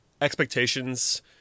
expectations